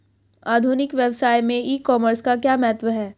आधुनिक व्यवसाय में ई कॉमर्स का क्या महत्व है?